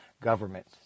government